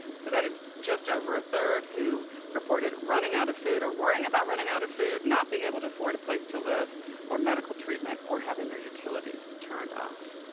so, that is just over a third who reported running out of food or worrying about running out of food, not being able to afford a place to live or medical treatment, or having their utilities turned off.